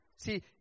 See